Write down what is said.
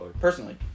Personally